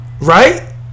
right